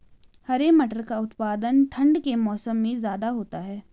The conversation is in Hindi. हरे मटर का उत्पादन ठंड के मौसम में ज्यादा होता है